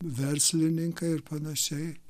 verslininkai ir panašiai